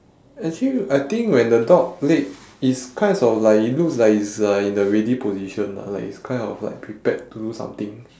actually I think when the dog leg it's kinds of like it looks like it's like in a ready position lah like it's kind of like prepared to do something